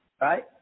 right